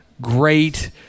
great